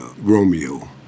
Romeo